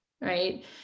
right